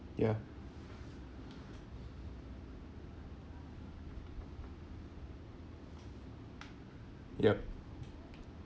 ya yup